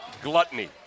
Gluttony